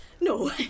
No